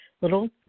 Little